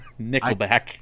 nickelback